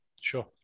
Sure